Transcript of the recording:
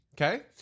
Okay